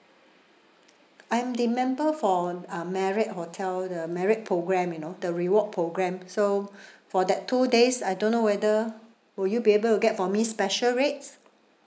I'm the member for um marriott hotel the marriott programme you know the reward programme so for that two days I don't know whether will you be able to get for me special rates